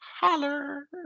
Holler